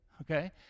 Okay